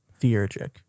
Theurgic